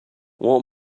what